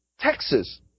Texas